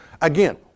Again